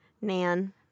Nan